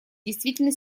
действительно